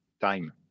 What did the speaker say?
time